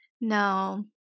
No